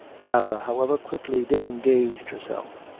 sarah, however, quickly disengaged herself,